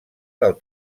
del